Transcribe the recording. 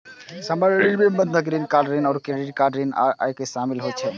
सामान्य ऋण मे बंधक ऋण, कार ऋण, क्रेडिट कार्ड ऋण आ आयकर शामिल होइ छै